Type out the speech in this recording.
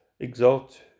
Exalt